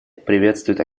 приветствует